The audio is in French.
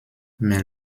mais